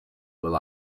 will